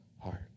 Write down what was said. heart